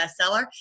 bestseller